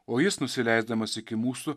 o jis nusileisdamas iki mūsų